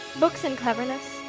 books and cleverness,